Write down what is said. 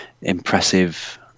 impressive